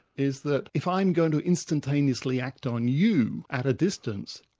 is that if i'm going to instantaneously act on you at a distance,